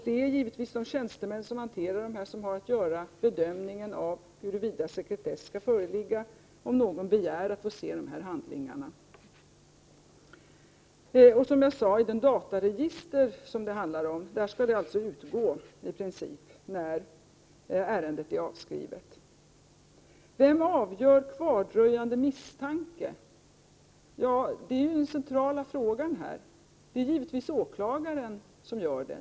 Det är givetvis de tjänstemän som har att hantera sådana här frågor som skall bedöma huruvida sekretess skall föreligga eller inte om någon begär att få se handlingar. Som jag tidigare sade skall uppgifterna i princip utgå från de dataregister som det här handlar om när ett ärende är avskrivet. Vem avgör när det gäller kvardröjande misstanke? Ja, det är den centrala frågan i detta sammanhang. Givetvis är det åklagaren.